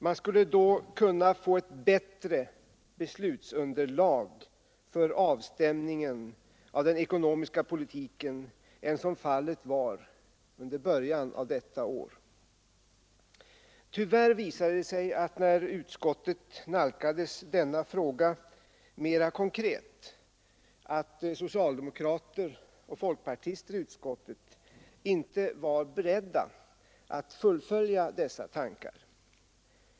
Man skulle då kunna få ett bättre beslutsunderlag för avstämningen av den ekonomiska politiken än som fallet var under början av detta år. Tyvärr visade det sig, när utskottet nalkades denna fråga mera konkret, att socialdemokrater och folkpartister i utskottet inte var beredda att fullfölja dessa tankar.